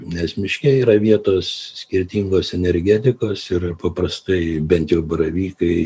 nes miške yra vietos skirtingos energetikos ir paprastai bent jau baravykai